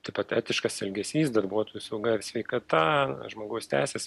taip pat etiškas elgesys darbuotojų sauga ir sveikata žmogaus teisės